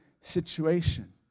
situation